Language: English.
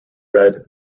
red